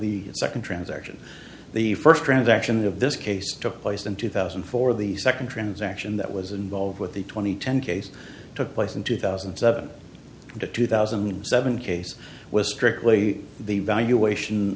the second transaction the first transaction of this case took place in two thousand and four the second transaction that was involved with the twenty ten case took place in two thousand and seven to two thousand and seven case was strictly the valuation